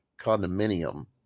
condominium